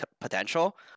potential